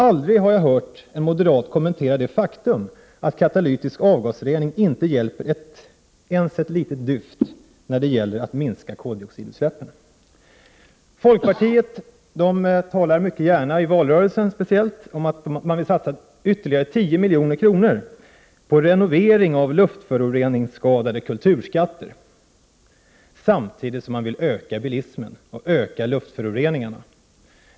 Aldrig har jag heller hört en moderat kommentera det faktum att katalytisk avgasrening inte hjälper ens ett litet dyft när det gäller att minska koldioxidutsläppen. Folkpartiet talar mycket gärna, speciellt i en valrörelse, om att de vill satsa ytterligare 10 milj.kr. på renovering av luftföroreningsskadade kulturskatter. Samtidigt vill man öka bilismen och öka luftföroreningarna.